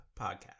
Podcast